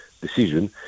decision